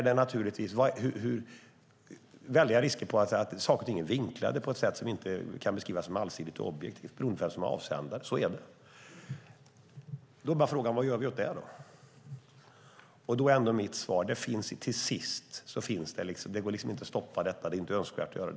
Det finns väldiga risker för att saker och ting är vinklade på ett sätt som inte kan beskrivas som allsidigt och objektivt beroende på vem som är avsändare. Så är det. Frågan är vad vi gör åt det. Mitt svar är att det inte går att stoppa detta. Det är inte önskvärt att göra det.